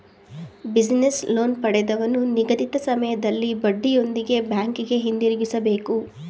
business loan ಪಡೆದವನು ನಿಗದಿತ ಸಮಯದಲ್ಲಿ ಬಡ್ಡಿಯೊಂದಿಗೆ ಬ್ಯಾಂಕಿಗೆ ಹಿಂದಿರುಗಿಸಬೇಕು